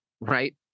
right